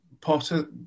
Potter